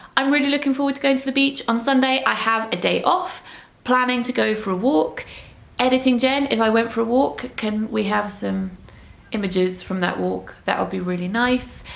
i'm really looking forward to going to the beach. on sunday i have a day off, i'm planning to go for a walk editing jen if i went for a walk can we have some images from that walk? that would be really nice.